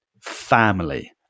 family